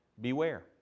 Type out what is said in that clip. beware